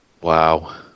Wow